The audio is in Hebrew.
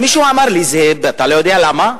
מישהו אמר לי: אתה לא יודע למה?